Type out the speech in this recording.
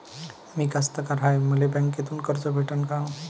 मी कास्तकार हाय, मले बँकेतून कर्ज भेटन का?